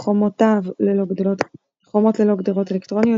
חומות ללא גדרות אלקטרוניות,